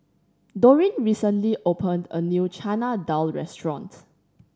Dorine recently opened a new Chana Dal restaurant